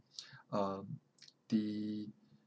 um the